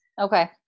Okay